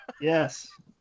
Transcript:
Yes